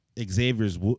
Xavier's